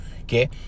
Okay